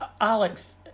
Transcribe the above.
Alex